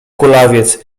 kulawiec